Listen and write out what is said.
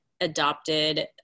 adopted